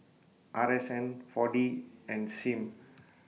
R S N four D and SIM